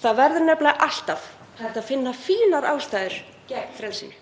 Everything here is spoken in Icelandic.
Það verður nefnilega alltaf hægt að finna fínar ástæður gegn frelsinu